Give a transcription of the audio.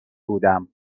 بودم